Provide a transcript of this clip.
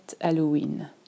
Halloween